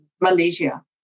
Malaysia